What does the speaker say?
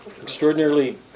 extraordinarily